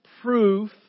proof